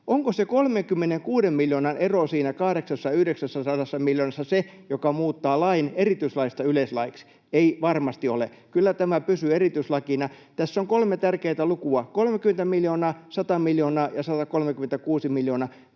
Onko se 36 miljoonan ero siinä 800—900 miljoonassa se, joka muuttaa lain erityislaista yleislaiksi? Ei varmasti ole. Kyllä tämä pysyy erityislakina. Tässä on kolme tärkeätä lukua: 30 miljoonaa, 100 miljoonaa ja 136 miljoonaa.